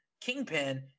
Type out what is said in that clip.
Kingpin